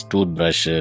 Toothbrush